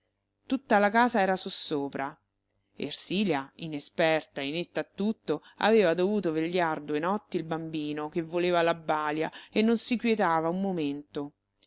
tutta la casa era sossopra ersilia inesperta inetta a tutto aveva dovuto vegliar due notti il bambino che voleva la balia e non si quietava un momento